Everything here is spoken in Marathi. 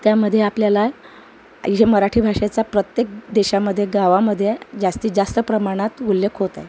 त्यामध्ये आपल्याला जे मराठी भाषेचा प्रत्येक देशांमध्ये गावामध्ये जास्तीत जास्त प्रमाणात उल्लेख होत आहे